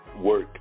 work